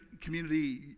community